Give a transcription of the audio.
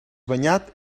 banyat